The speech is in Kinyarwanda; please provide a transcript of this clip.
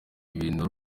ibintu